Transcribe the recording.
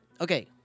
Okay